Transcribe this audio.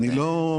אני אומר,